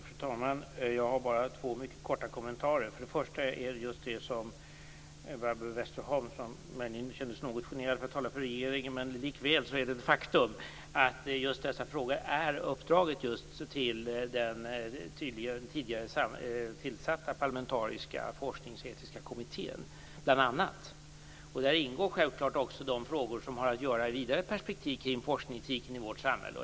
Fru talman! Jag har bara två mycket korta kommentarer. Barbro Westerholm kände sig något generad för att tala för regeringen. Men likväl är det ett faktum att dessa frågor uppdragits till bl.a. den tidigare tillsatta parlamentariska Forskningsetiska kommittén. Där ingår självklart också de frågor som i ett vidare perspektiv har att göra med forskningsetiken i vårt samhälle.